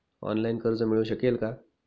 Online कर्ज मिळू शकेल का?